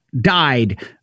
died